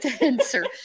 answer